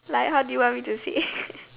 like how do you want me to say